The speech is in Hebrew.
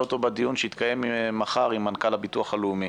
אותו בדיון שיתקיים מחר עם מנכ"ל הביטוח הלאומי.